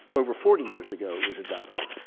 over forty years ago, it was adopted.